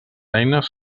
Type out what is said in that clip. eines